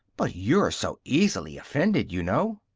but you're so easily offended, you know.